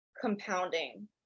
compounding